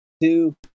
Two